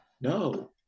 No